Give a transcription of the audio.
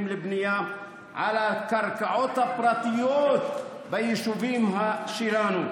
לבנייה על הקרקעות הפרטיות ביישובים שלנו.